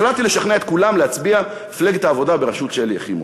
החלטתי לשכנע את כולם להצביע למפלגת העבודה בראשות של שלי יחימוביץ.